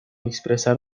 expresar